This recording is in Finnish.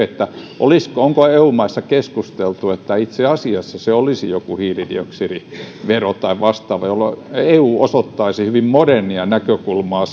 onko eu maissa keskusteltu että itse asiassa se olisi joku hiilidioksidivero tai vastaava jolloin eu osoittaisi hyvin modernia näkökulmaa